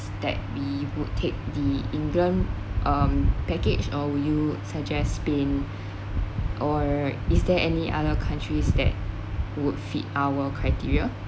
we would take the england um package or would you suggest spain or is there any other countries that would fit our criteria